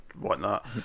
whatnot